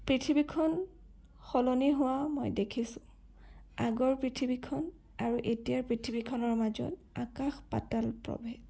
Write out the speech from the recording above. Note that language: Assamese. পৃথিৱীখন সলনি হোৱা মই দেখিছোঁ আগৰ পৃথিৱীখন আৰু এতিয়াৰ পৃথিৱীখনৰ মাজত আকাশ পাতাল প্ৰভেদ